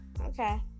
Okay